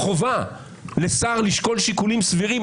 ביטול החובה לשר לשקול שיקולים סבירים.